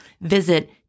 Visit